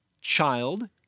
Child